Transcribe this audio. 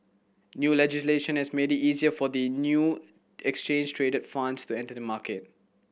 new legislation has made it easier for the new exchange traded funds to enter the market